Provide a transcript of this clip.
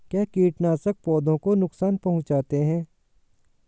क्या कीटनाशक पौधों को नुकसान पहुँचाते हैं?